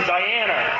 Diana